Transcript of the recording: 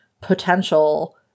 potential